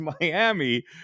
Miami